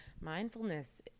mindfulness